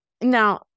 Now